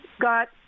got